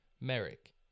Merrick